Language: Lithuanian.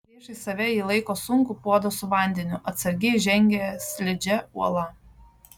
priešais save jis laiko sunkų puodą su vandeniu atsargiai žengia slidžia uola